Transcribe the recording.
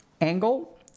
angle